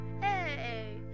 Hey